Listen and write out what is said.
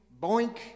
boink